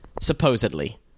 supposedly